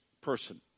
person